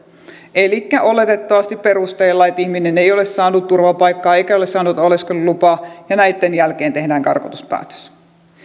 elikkä oletettavasti sillä perusteella että ihminen ei ole saanut turvapaikkaa eikä ole saanut oleskelulupaa ja tämän jälkeen tehdään karkotuspäätös